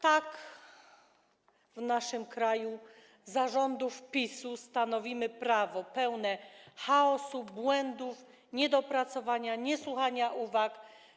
Tak w naszym kraju za rządów PiS-u stanowimy prawo pełne chaosu, błędów, niedopracowania, niesłuchania uwag.